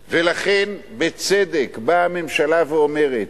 ולכן, בצדק, באה הממשלה ואומרת,